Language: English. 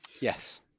Yes